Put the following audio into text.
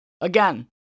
again